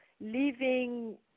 leaving